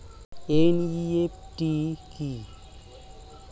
NEFT কি?